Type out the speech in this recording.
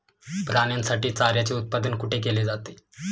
प्राण्यांसाठी चाऱ्याचे उत्पादन कुठे केले जाते?